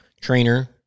trainer